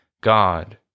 God